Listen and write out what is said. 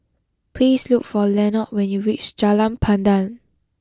please look for Lenord when you reach Jalan Pandan